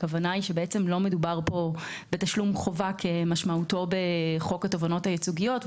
הכוונה היא שלא מדובר בתשלום חובה כמשמעותו בחוק התובענות הייצוגיות.